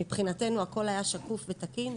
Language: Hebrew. מבחינתנו הכל היה שקוף ותקין,